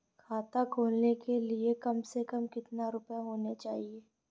खाता खोलने के लिए कम से कम कितना रूपए होने चाहिए?